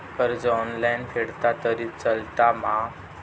कर्ज ऑनलाइन फेडला तरी चलता मा?